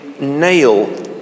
nail